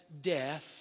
death